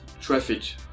traffic